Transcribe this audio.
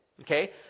okay